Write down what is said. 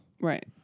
Right